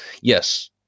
Yes